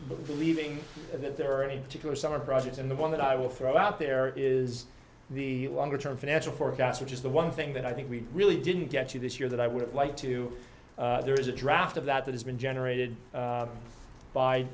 believing that there are any particular summer projects and the one that i will throw out there is the longer term financial forecast which is the one thing that i think we really didn't get to this year that i would like to there is a draft of that that has been generated